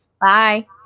Bye